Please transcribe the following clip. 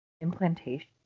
implantation